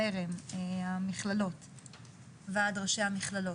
ור"ה, ועד ראשי המכללות.